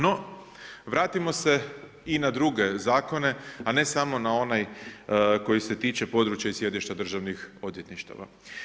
No, vratimo se i na druge zakone, a ne samo na onaj koji se tiče područja i sjedišta državnih odvjetništava.